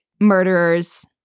murderers